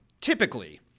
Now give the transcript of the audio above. typically